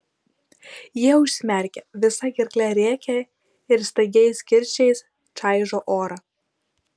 jie užsimerkia visa gerkle rėkia ir staigiais kirčiais čaižo orą